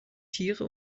tiere